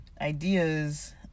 ideas